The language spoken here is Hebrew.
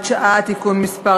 שעה) (תיקון מס'